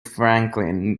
franklin